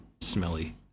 Smelly